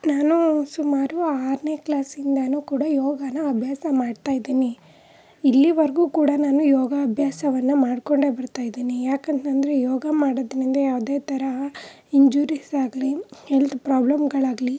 ನಾನು ಸುಮಾರು ಆರನೇ ಕ್ಲಾಸಿಂದಾನು ಕೂಡ ಯೋಗನ ಅಭ್ಯಾಸ ಮಾಡ್ತಾಯಿದೀನಿ ಇಲ್ಲಿವರೆಗೂ ಕೂಡ ನಾನು ಯೋಗಾಭ್ಯಾಸವನ್ನು ಮಾಡಿಕೊಂಡೆ ಬರ್ತಾಯಿದೀನಿ ಯಾಕಂತಂದರೆ ಯೋಗ ಮಾಡೋದರಿಂದ ಯಾವುದೇ ತರಹ ಇಂಜುರೀಸಾಗಲೀ ಹೆಲ್ತ್ ಪ್ರಾಬ್ಲಮ್ಮುಗಳಾಗಲೀ